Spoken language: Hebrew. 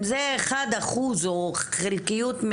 זה אחד אחוז, או חלקיות,